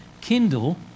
kindle